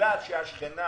בגלל שהשכנה